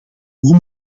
hoe